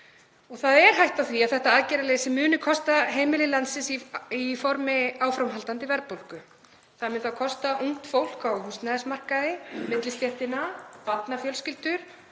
Það er hætta á því að þetta aðgerðaleysi muni kosta heimili landsins í formi áframhaldandi verðbólgu. Það mun þá kosta ungt fólk á húsnæðismarkaði, millistéttina, barnafjölskyldur